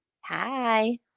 Hi